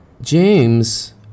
James